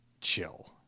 chill